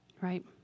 Right